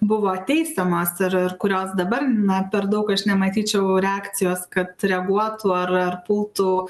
buvo teisiamos ir ir kurios dabar na per daug aš nematyčiau reakcijos kad reaguotų ar ar pultų